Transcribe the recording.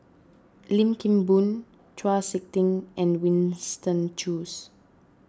Lim Kim Boon Chau Sik Ting and Winston Choos